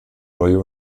neue